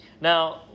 now